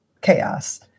chaos